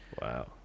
Wow